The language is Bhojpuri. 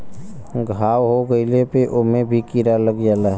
घाव हो गइले पे ओमे भी कीरा लग जाला